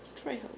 Trejo